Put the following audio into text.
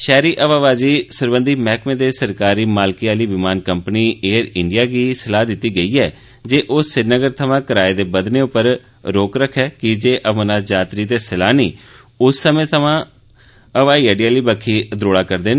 civil हवाबाजी सरबंधी मैह्कमे नै सरकारी मालकी आली विमान कंपनी एयर इंडिया गी सलाह दितती ऐ जे ओ श्रीनगर मिमां कराए दे बघने पर रोक रखै की जे अमरनाथ यात्री ते सैलानी उस समें पीमां हवाई अड्डे बक्खी द्रौड़ दे न